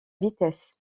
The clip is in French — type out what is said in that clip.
vitesse